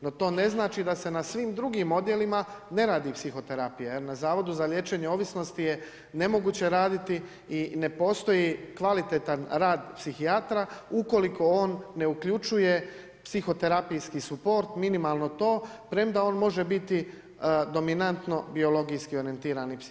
No to ne znači da se na svim drugim odijelima ne radi psihoterapija jer na Zavodu za liječenje ovisnosti je nemoguće raditi i ne postoji kvalitetan rad psihijatra u koliko on ne uključuje psihoterapijski suport minimalno to, premda on može biti dominantno biologijski orijentiran psihijatar.